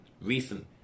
recent